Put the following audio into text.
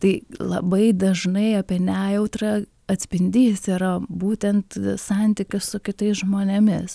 tai labai dažnai apie nejautrą atspindys yra būtent santykio su kitais žmonėmis